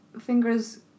fingers